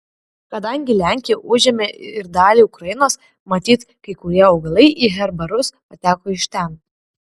kadangi lenkija užėmė ir dalį ukrainos matyt kai kurie augalai į herbarus pateko iš ten